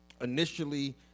Initially